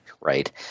right